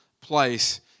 place